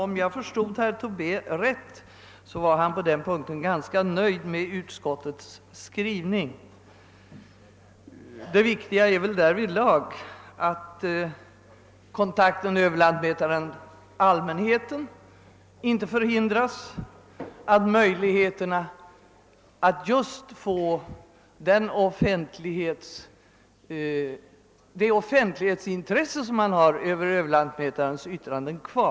Om jag förstod herr Tobé rätt var han ganska nöjd med utskottets skrivning. Det viktiga är väl att kontakten överlantmätaren—allmänheten inte förhindras och att man just får ha kvar den offentlighetskaraktär över överlantmätarens yttranden som nu finns.